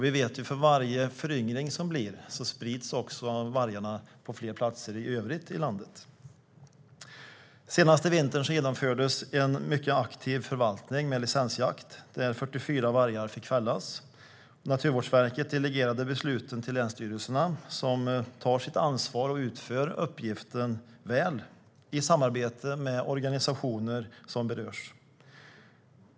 Vi vet att för varje föryngring sprids också vargarna till fler platser i landet. Den senaste vintern genomfördes en mycket aktiv förvaltning med licensjakt där 44 vargar fick fällas. Naturvårdsverket delegerade besluten till länsstyrelserna som tar sitt ansvar och utför uppgiften väl i samarbete med organisationer som berörs.